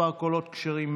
מספר קולות כשרים,